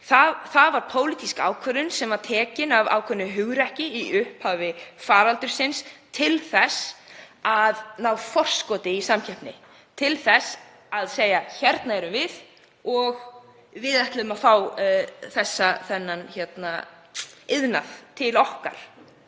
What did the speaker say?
Það var pólitísk ákvörðun sem var tekin af ákveðnu hugrekki í upphafi faraldursins til þess að ná forskoti í samkeppni, til þess að segja: Hérna erum við og við ætlum að fá þennan iðnað til okkar.